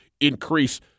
increase